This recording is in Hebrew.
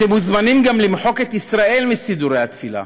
אתם מוזמנים גם למחוק את ישראל מסידורי התפילה,